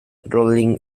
rolling